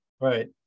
right